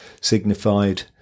signified